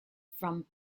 from